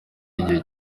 igihe